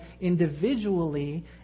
individually